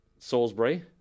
Salisbury